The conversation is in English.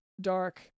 dark